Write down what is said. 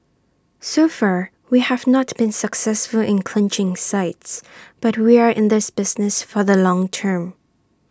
so far we have not been successful in clinching sites but we are in this business for the long term